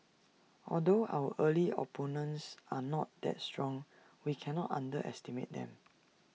although our early opponents are not that strong we cannot underestimate them